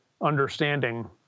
understanding